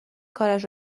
کارش